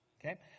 Okay